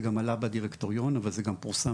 זה גם עלה בדירקטוריון אבל זה גם פורסם